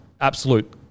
absolute